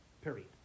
period